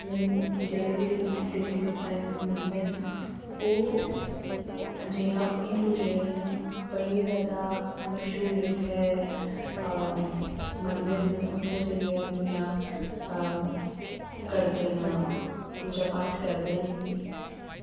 मतलब की जेह्ड़े बी देवी देवतै गी मनदे न ओह् जियां हिंदु जेह्ड़े न बड़े जादा मशहूर उत्थें मंदर न उत्थें जाइयै अपनियां करदे न पूजा पाठ करदे न